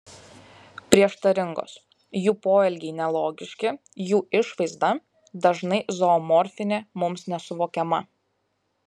prieštaringos jų poelgiai nelogiški jų išvaizda dažnai zoomorfinė mums nesuvokiama